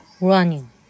Running